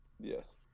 Yes